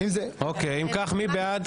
אם כך, מי בעד?